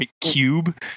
cube